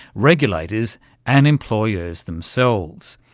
regulators and employers themselves,